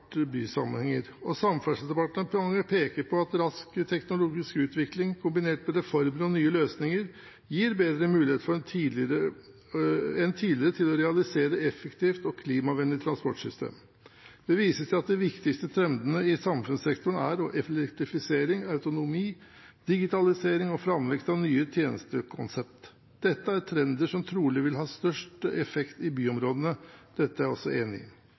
smartbysammenhenger, og Samferdselsdepartementet peker på at rask teknologisk utvikling kombinert med reformer og nye løsninger gir bedre muligheter enn tidligere til å realisere et effektivt og klimavennlig transportsystem. Det viser seg at de viktigste trendene i samfunnssektoren er effektivisering, autonomi, digitalisering og framvekst av nye tjenestekonsept. Dette er trender som trolig vil ha størst effekt i byområdene. Dette er jeg også enig i.